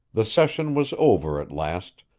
the session was over at last,